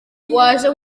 waje